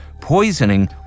poisoning